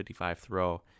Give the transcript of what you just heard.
55-throw